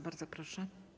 Bardzo proszę.